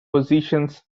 positions